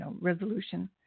resolution